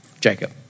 Jacob